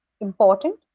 important